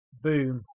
Boom